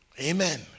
Amen